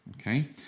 Okay